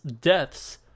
deaths